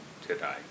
today